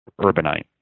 urbanite